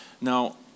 Now